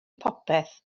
popeth